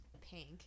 Pink